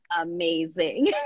amazing